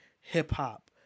hip-hop